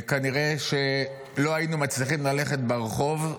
כנראה שלא היינו מצליחים ללכת ברחוב,